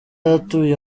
atuye